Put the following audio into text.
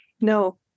no